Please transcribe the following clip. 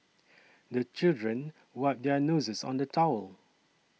the children wipe their noses on the towel